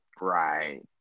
Right